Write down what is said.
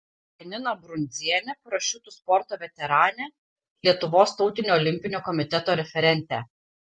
janiną brundzienę parašiutų sporto veteranę lietuvos tautinio olimpinio komiteto referentę